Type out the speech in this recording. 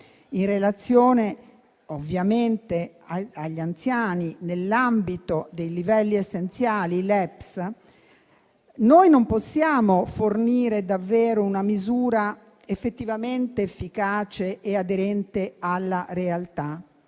in relazione ovviamente agli anziani nell'ambito dei livelli essenziali delle prestazioni (LEPS), non possiamo fornire davvero una misura effettivamente efficace e aderente alla realtà